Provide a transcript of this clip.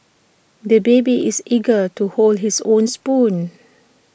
the baby is eager to hold his own spoon